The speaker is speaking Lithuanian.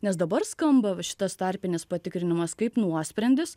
nes dabar skamba va šitas tarpinis patikrinimas kaip nuosprendis